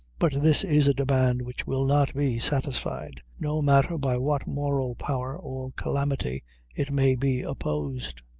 but this is a demand which will not be satisfied, no matter by what moral power or calamity it may be opposed,